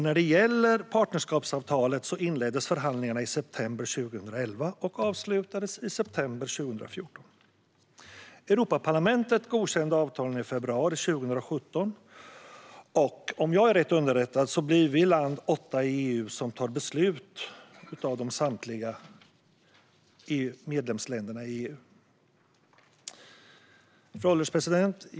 När det gäller partnerskapsavtalet inleddes förhandlingarna i september 2011 och avslutades i september 2014. Europaparlamentet godkände avtalen i februari 2017, och om jag är rätt underrättad blir vi det åttonde landet av samtliga medlemsländer i EU som tar beslut om detta. Fru ålderspresident!